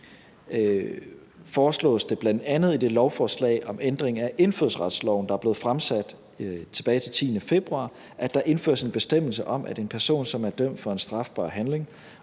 foreslås det bl.a. i det lovforslag om ændring af indfødsretsloven, der er blevet fremsat tilbage den 10. februar, at der indføres en bestemmelse om, at en person, som er dømt for en strafbar handling,